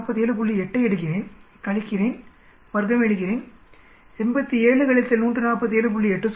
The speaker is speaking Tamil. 8 ஐ எடுக்கிறேன் கழிக்கிறேன் வர்க்கமெடுக்கிறேன்87 147